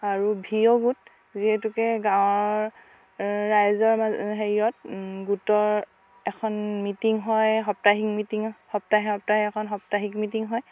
আৰু ভিঅ' গোট যিহেতুকে গাঁৱৰ ৰাইজৰ মাজত হেৰিয়ত গোটৰ এখন মিটিং হয় সপ্তাহিক মিটিং সপ্তাহে সপ্তাহে এখন সপ্তাহিক মিটিং হয়